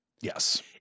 Yes